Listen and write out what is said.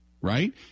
right